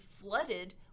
flooded